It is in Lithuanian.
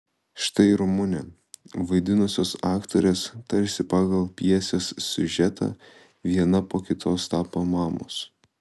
štai ramunę vaidinusios aktorės tarsi pagal pjesės siužetą viena po kitos tapo mamos